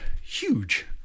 huge